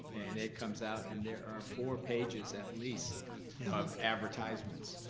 and it comes out, and there are four pages at least of advertisements,